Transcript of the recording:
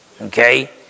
Okay